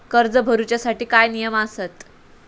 कर्ज भरूच्या साठी काय नियम आसत?